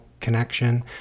connection